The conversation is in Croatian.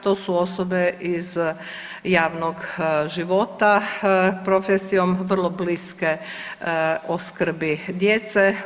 To su osobe iz javnog života profesijom vrlo bliske o skrbi djece.